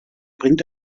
bringt